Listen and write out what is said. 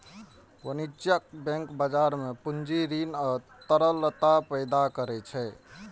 वाणिज्यिक बैंक बाजार मे पूंजी, ऋण आ तरलता पैदा करै छै